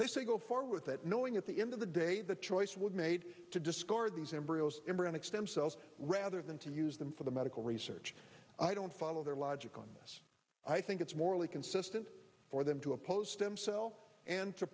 they say go forward that knowing at the end of the day the choice was made to discard these embryos embryonic stem cells rather than to use them for the medical research i don't follow their logic on this i think it's morally consistent for them to oppose stem cell and to